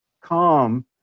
calm